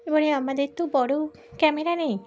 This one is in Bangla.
এবারে আমাদের তো বড় ক্যামেরা নেই